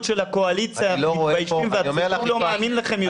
של הקואליציה אנחנו מתביישים והציבור לא מאמין לכם יותר.